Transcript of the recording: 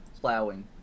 Plowing